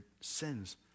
sins